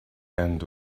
end